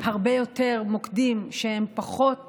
הרבה יותר מוקדים שהם פחות עצומים.